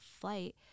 flight